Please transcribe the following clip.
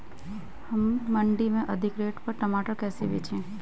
हम मंडी में अधिक रेट पर टमाटर कैसे बेचें?